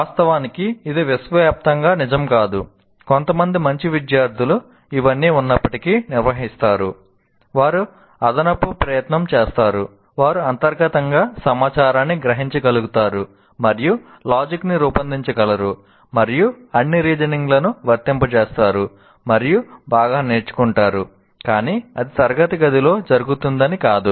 వాస్తవానికి ఇది విశ్వవ్యాప్తంగా నిజం కాదు కొంతమంది మంచి విద్యార్థులు ఇవన్నీ ఉన్నప్పటికీ నిర్వహిస్తారు వారు అదనపు ప్రయత్నం చేస్తారు వారు అంతర్గతంగా సమాచారాన్ని గ్రహించగలుగుతారు మరియు లాజిక్ ని రూపొందించగలరు మరియు అన్ని రీజనింగ్ లను వర్తింపజేస్తారు మరియు బాగా నేర్చుకుంటారు కానీ అది తరగతి గదిలో జరుగుతుందని కాదు